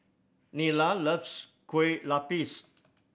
Nyla loves Kueh Lapis